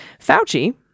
Fauci